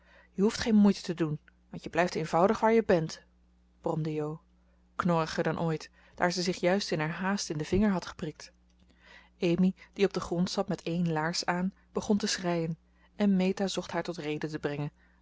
je hoeft geen moeite te doen want je blijft eenvoudig waar je bent bromde jo knorriger dan ooit daar ze zich juist in haar haast in den vinger had geprikt amy die op den grond zat met één laars aan begon te schreien en meta zocht haar tot rede te brengen